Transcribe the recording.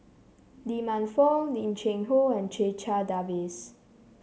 Lee Man Fong Lim Cheng Hoe and Checha Davies